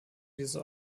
dieses